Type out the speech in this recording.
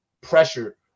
pressure